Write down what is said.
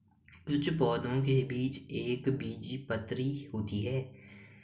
कुछ पौधों के बीज एक बीजपत्री होते है